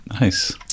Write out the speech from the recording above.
Nice